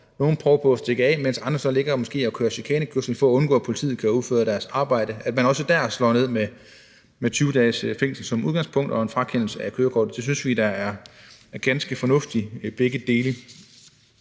nogle prøver at stikke af, mens andre så måske ligger og kører chikanekørsel for at undgå, at politiet kan udføre deres arbejde. Der slår man også som udgangspunkt ned med 20 dages fængsel og en frakendelse af kørekortet. Begge dele synes vi da er ganske fornuftigt. Så er der